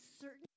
certain